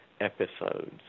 episodes